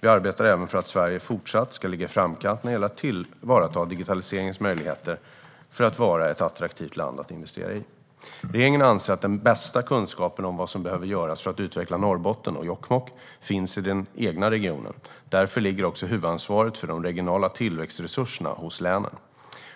Vi arbetar även för att Sverige fortsatt ska ligga i framkant när det gäller att tillvarata digitaliseringens möjligheter för att vara ett attraktivt land att investera i. Regeringen anser att den bästa kunskapen om vad som behöver göras för att utveckla Norrbotten, och Jokkmokk, finns i den egna regionen. Därför ligger också huvudansvaret för de regionala tillväxtresurserna hos länen.